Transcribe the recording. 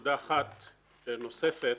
נקודה אחת נוספת.